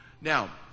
Now